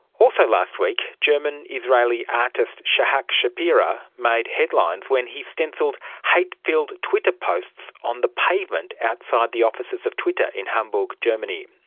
also last week, german israeli artist shahak shapira made headlines when he stencilled hate-filled twitter posts on the pavement outside the offices of twitter in hamburg, germany.